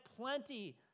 plenty